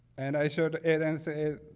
and i showed ed and so